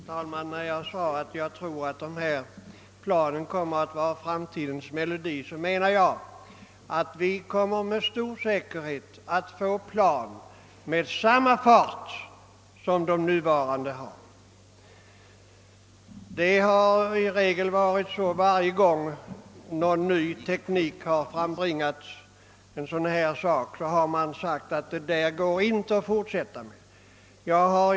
Herr talman! När jag sade att jag trodde att överljudsplanen skulle vara framtidens melodi menade jag att vi med säkerhet kommer att få plan med högre fart än våra nuvarande. Ofta har man då tekniken frambringat något nytt sagt att det inte går att tillämpa i praktiken...